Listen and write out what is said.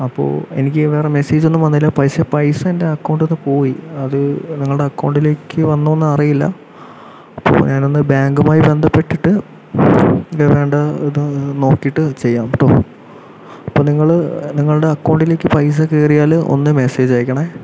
അപ്പോൾ എനിക്ക് വേറെ മെസ്സേജ് ഒന്നും വന്നില്ല പൈസ പൈസ എന്റെ അക്കൗണ്ടിൽ നിന്ന് പോയി അത് നിങ്ങളുടെ അക്കൗണ്ടിലേക്ക് വന്നോ എന്ന് അറിയില്ല അപ്പോൾ ഞാൻ ഒന്ന് ബാങ്കുമായി ബന്ധപ്പെട്ടിട്ട് വേണ്ട ഇത് നോക്കിയിട്ട് ചെയ്യാം കേട്ടോ അപ്പോൾ നിങ്ങൾ നിങ്ങളുടെ അക്കൗണ്ടിലേക്ക് പൈസ കയറിയാൽ ഒന്ന് മെസ്സേജ് അയക്കണേ